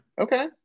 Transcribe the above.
Okay